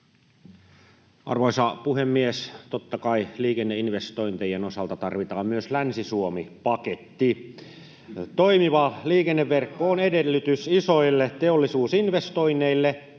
Arvoisa puhemies! Totta kai liikenneinvestointien osalta tarvitaan myös Länsi-Suomi-paketti. Toimiva liikenneverkko on edellytys isoille teollisuusinvestoinneille.